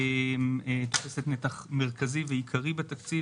תופסת נתח מרכזי ועיקרי בתקציב,